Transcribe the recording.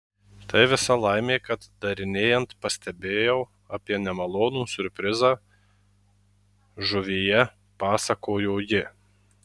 tai visa laimė kad darinėjant pastebėjau apie nemalonų siurprizą žuvyje pasakojo ji